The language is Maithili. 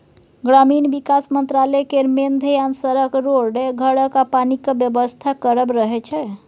ग्रामीण बिकास मंत्रालय केर मेन धेआन सड़क, रोड, घरक आ पानिक बेबस्था करब रहय छै